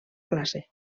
classe